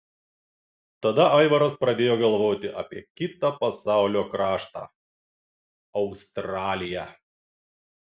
tada aivaras pradėjo galvoti apie kitą pasaulio kraštą australiją